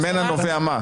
שממנה נובע מה?